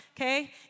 Okay